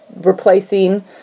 replacing